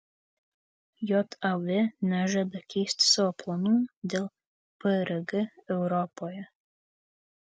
jav nežada keisti savo planų dėl prg europoje